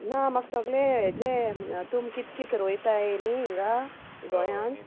ना म्हाका सोगलें हेजे तुम कित कित रोयता हे न्ही हिंगा गोंयांत